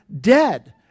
dead